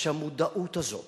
שהמודעות הזאת